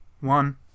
one